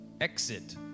exit